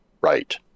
right